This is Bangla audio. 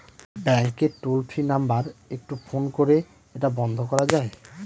ব্যাংকের টোল ফ্রি নাম্বার একটু ফোন করে এটা বন্ধ করা যায়?